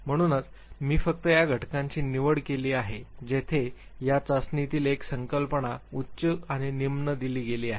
म्हणूनच मी फक्त त्या घटकांची निवड केली आहे जेथे या चाचणीतील एक संकल्पना उच्च आणि निम्न दिली गेली आहे